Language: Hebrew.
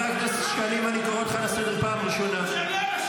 לא, לא, תקשיב לי.